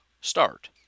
start